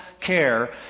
care